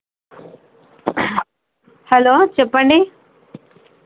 hello చెప్పండి